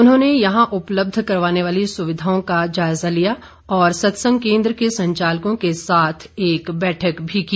उन्होंने यहां उपलब्ध करवाने वाली सुविधाओं का जायजा लिया और सत्संग केंद्र के संचालकों के साथ एक बैठक भी की